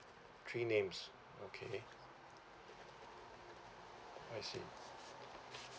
three names okay I see